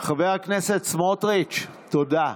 חבר הכנסת סמוטריץ', תודה.